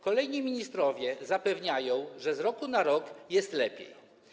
Kolejni ministrowie zapewniają, że z roku na rok jest lepiej.